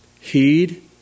Heed